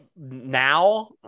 Now